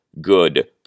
good